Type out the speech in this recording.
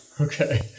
Okay